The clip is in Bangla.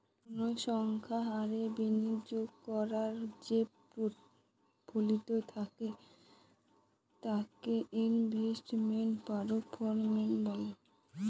কোনো সংস্থার বিনিয়োগ করার যে পোর্টফোলি থাকে তাকে ইনভেস্টমেন্ট পারফরম্যান্স বলে